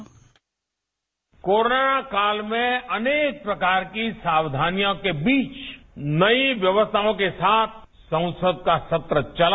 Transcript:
bite corona काल में अनेक प्रकार की सावधानियों के बीच नई व्यवस्थाओं के साथ संसद का सत्र चला